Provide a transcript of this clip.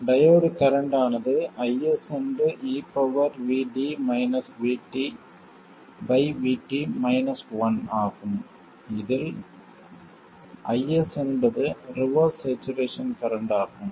diode current ஆனது IS ஆகும் இதில் IS என்பது ரிவர்ஸ் சேச்சுரேசன் கரண்ட் ஆகும்